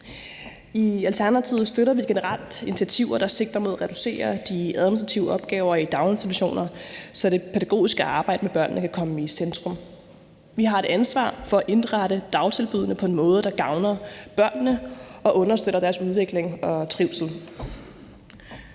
I Alternativet støtter vi generelt initiativer, der sigter mod at reducere de administrative opgaver i daginstitutioner, så det pædagogiske arbejde med børnene kan komme i centrum. Vi har et ansvar for at indrette dagtilbuddene på en måde, der gavner børnene og understøtter deres udvikling og trivsel.